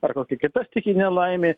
ar kokia kita stichinė laimė